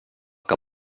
que